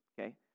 okay